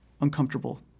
uncomfortable